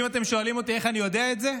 אם אתם שואלים אותי איך אני יודע את זה,